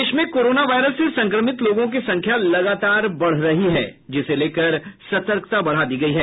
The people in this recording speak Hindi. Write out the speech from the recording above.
देश में कोरोना वायरस से संक्रमित लोगों की संख्या लगातार बढ़ रही है जिसे लेकर सतर्कता बढ़ा दी गयी है